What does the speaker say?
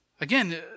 Again